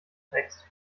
rex